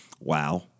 wow